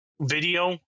video